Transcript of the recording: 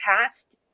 past